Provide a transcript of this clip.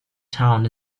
town